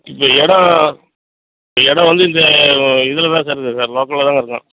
எ இடோம் இடோம் வந்து இந்த இதில் தான் சார் இருக்குது சார் லோக்கலில் தாங்க இருக்கோம்